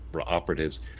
operatives